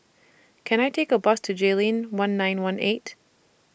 Can I Take A Bus to Jayleen one nine one eight